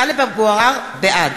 בעד